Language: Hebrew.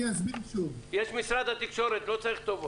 יש משרד התקשורת, לא צריך טובות.